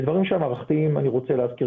בדברים שהם מערכתיים אני רוצה להזכיר